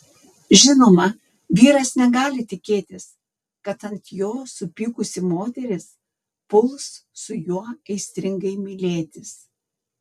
žinoma vyras negali tikėtis kad ant jo supykusi moteris puls su juo aistringai mylėtis